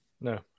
No